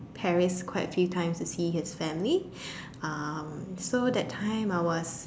Paris quite a few times to see his family um so that time I was